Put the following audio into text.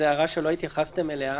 זו הערה שלא התייחסתם אליה.